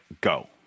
go